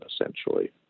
essentially